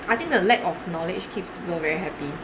I think the lack of knowledge keeps people very happy